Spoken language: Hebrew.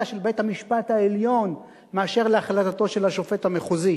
של בית-המשפט העליון מאשר להחלטתו של השופט המחוזי